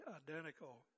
identical